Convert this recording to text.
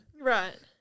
Right